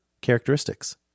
characteristics